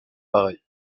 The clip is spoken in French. pareil